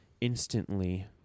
instantly